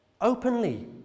openly